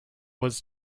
was